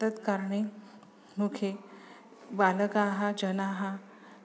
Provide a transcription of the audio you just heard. तत्कारणे मुखे बालकाः जनाः